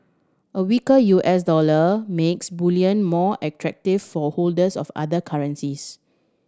a weaker U S dollar makes bullion more attractive for holders of other currencies